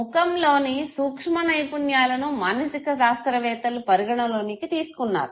ముఖంలోని సూక్ష్మ నైపుణ్యాలను మానసిక శాస్త్రవేత్తలు పరిగణలోనికి తీసుకున్నారు